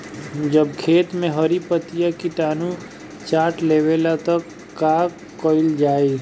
जब खेत मे हरी पतीया किटानु चाट लेवेला तऽ का कईल जाई?